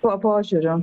tuo požiūriu